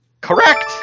Correct